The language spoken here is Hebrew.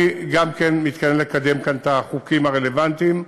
אני גם מתכוון לקדם את החוקים הרלוונטיים,